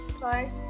Bye